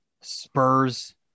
Spurs